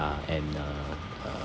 and uh uh